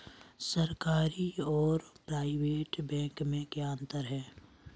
सरकारी और private bank में क्या अंतर है?